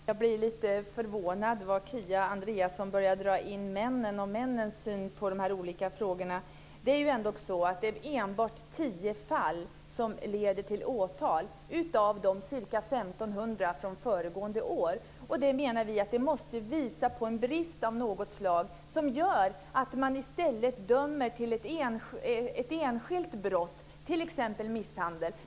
Fru talman! Jag blir litet förvånad när Kia Andreasson börjar att dra in männen i dessa frågor. Det var enbart tio fall som ledde till åtal av de ca 1 500 brott som anmäldes under föregående år. Vi menar att det måste vara en brist av något slag som gör att man i stället dömer för ett enskilt brott, t.ex. misshandel.